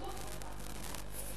גוף רחב.